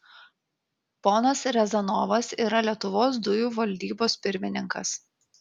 ponas riazanovas yra lietuvos dujų valdybos pirmininkas